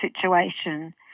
situation